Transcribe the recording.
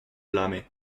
blâmait